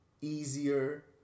Easier